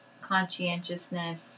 conscientiousness